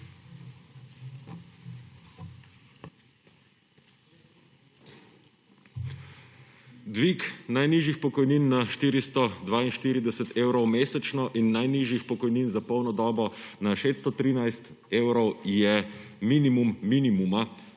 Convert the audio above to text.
Dvig najnižjih pokojnin na 442 evrov mesečno in najnižjih pokojnin za polno dobo na 613 evrov je minimum minimuma,